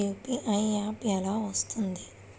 UPI app ఎలా వస్తుంది?